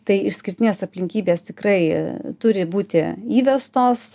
tai išskirtinės aplinkybės tikrai turi būti įvestos